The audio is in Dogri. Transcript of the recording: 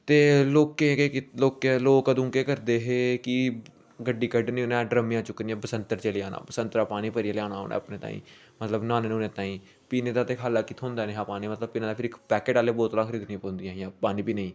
ते लोकें केह् लोकें लोग अंदू केह् करदे हे कि गड्डी कड्ढनी उ'नें डरमियां चुक्कनियां बसंतर चली जाना बसंतरा पानी भरी लेई आना उ'नें अपने ताहीं मतलब न्हानै न्हौने ताहीं पीने दा ते हाले कि थ्होंदा निं हा पानी मतलब पीने दा इक पैकेट आह्ली बोतलां खरीदनी पौंदियां हियां पानी पीने ई